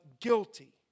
guilty